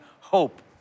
hope